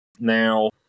now